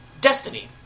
destiny